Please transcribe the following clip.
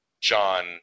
John